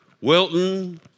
Wilton